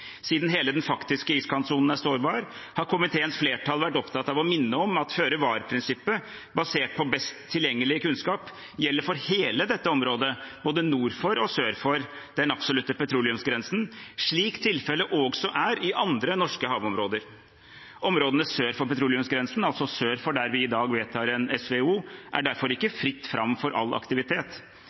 Siden hele den faktiske iskantsonen er sårbar, har komiteens flertall vært opptatt av å minne om at føre-var-prinsippet basert på best tilgjengelig kunnskap gjelder for hele dette området, både nord for og sør for den absolutte petroleumsgrensen, slik tilfellet også er i andre norske havområder. Områdene sør for petroleumsgrensen, altså sør for der vi i dag vedtar et SVO, er derfor ikke fritt fram for all aktivitet.